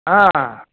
ಹಾಂ